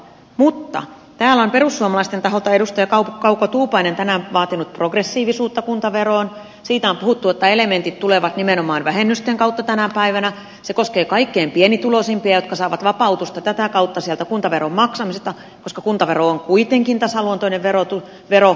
mutta täällä on perussuomalaisten taholta edustaja kauko tuupainen tänään vaatinut progressiivisuutta kuntaveroon ja siitä on puhuttu että ne elementit tulevat nimenomaan vähennysten kautta tänä päivänä se koskee kaikkein pienituloisimpia jotka saavat vapautusta tätä kautta kuntaveron maksamisesta koska kuntavero on kuitenkin tasaluontoinen vero